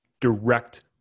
direct